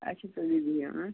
اچھا تُلِو بیٚہو ٲں